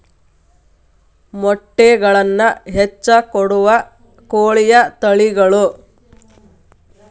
ಮೊಟ್ಟೆಗಳನ್ನ ಹೆಚ್ಚ ಕೊಡುವ ಕೋಳಿಯ ತಳಿಗಳು